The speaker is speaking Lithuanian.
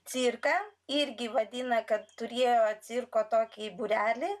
cirką irgi vadina kad turėjo cirko tokį būrelį